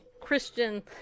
Christian